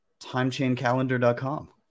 Timechaincalendar.com